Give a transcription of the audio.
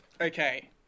Okay